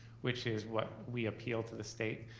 which is what we appeal to the state.